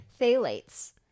Phthalates